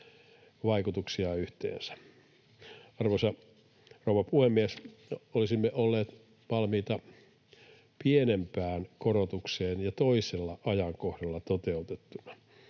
vaikutuksia yhteensä. Arvoisa rouva puhemies! Olisimme olleet valmiita pienempään korotukseen ja toisella ajankohdalla toteutettuna.